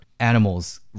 animals